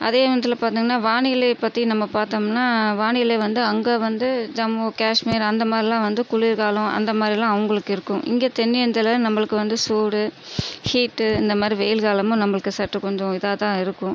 அதே நேரத்தில் பார்த்தீங்கன்னா வானிலை பற்றி நம்ம பார்த்தோம்னா வானிலை வந்து அங்கே வந்து ஜம்மு காஷ்மீர் அந்த மாதிரில்லாம் வந்து குளிர்காலம் அந்த மாதிரில்லாம் அவங்களுக்கு இருக்கும் இங்கே தென் இந்தியாவில் நம்மளுக்கு வந்து சூடு ஹீட் இந்த மாதிரி வெயில் காலமும் நம்மளுக்கு சற்று கொஞ்சம் இதா தான் இருக்கும்